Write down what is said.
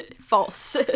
False